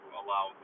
allow